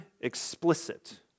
explicit